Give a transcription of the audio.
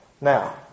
Now